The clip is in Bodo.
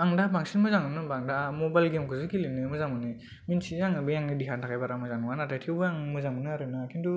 आं दा बांसिन मोजां मोनो होनबा आं दा मुबाइल गेमखौसो गेलेनो मोजां मोनो मिथियो आंङो बे आंनि देहानि थाखाय बारा मोजां नंङा नाथाय थेवबो आं मोजां मोनो आरो ना किनथु